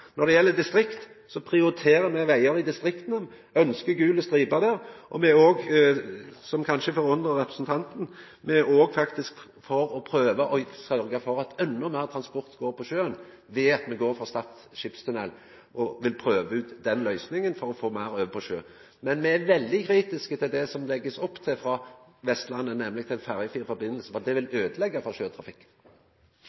Når det gjeld distrikta, prioriterer me vegar i distrikta, me ønskjer gule striper der, og me er òg – noko som kanskje forundrar representanten – faktisk for å prøva å sørgja for at endå meir transport går på sjøen ved at me går for Stad skipstunnel og vil prøva ut den løysinga for å få meir over på sjø. Men me er veldig kritiske til det som det blir lagt opp til frå Vestlandet, nemleg ein ferjefri forbindelse, for det vil